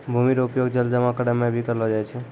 भूमि रो उपयोग जल जमा करै मे भी करलो जाय छै